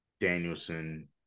Danielson